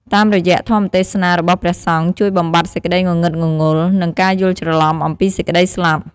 តាមរយៈធម្មទេសនារបស់ព្រះសង្ឃជួយបំបាត់សេចក្តីងងឹតងងល់ និងការយល់ច្រឡំអំពីសេចក្តីស្លាប់។